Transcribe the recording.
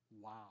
Wow